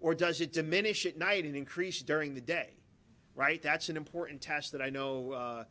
or does it diminish it night and increase during the day right that's an important task that i know